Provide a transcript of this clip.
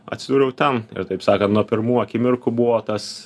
atsidūriau ten ir taip sakan nuo pirmų akimirkų buvo tas